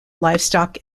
livestock